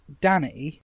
Danny